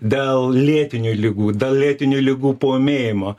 dėl lėtinių ligų dėl lėtinių ligų paūmėjimo